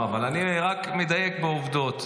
לא, אבל אני רק מדייק בעובדות.